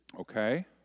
okay